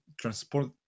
transport